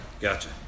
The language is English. gotcha